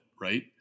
right